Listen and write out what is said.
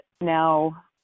now